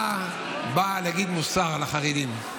אתה בא להטיף מוסר לחרדים?